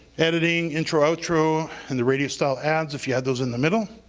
editing, intro, outro and the radio style ads if you add those in the middle.